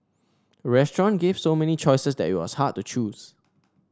the restaurant gave so many choices that it was hard to choose